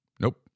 Nope